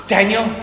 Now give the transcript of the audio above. Daniel